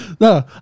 no